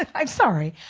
ah i'm sorry.